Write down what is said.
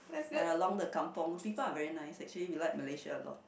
and along the Kampung people are very nice actually we like Malaysia a lot